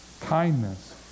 kindness